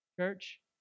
Church